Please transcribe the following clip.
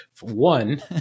One